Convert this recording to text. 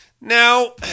Now